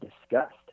discussed